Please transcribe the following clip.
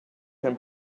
can